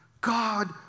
God